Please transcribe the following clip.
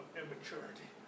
immaturity